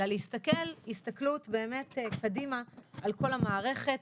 אלא להסתכל הסתכלות קדימה על כל המערכת